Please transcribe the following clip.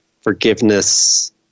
forgiveness